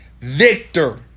Victor